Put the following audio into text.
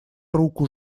руку